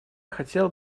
хотел